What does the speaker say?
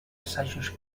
assajos